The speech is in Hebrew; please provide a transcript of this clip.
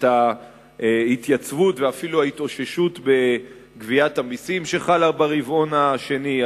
את ההתייצבות ואפילו ההתאוששות בגביית המסים שחלה ברבעון השני,